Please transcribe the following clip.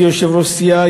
כיושב-ראש סיעה,